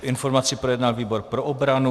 Informaci projednal výbor pro obranu.